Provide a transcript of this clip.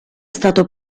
stato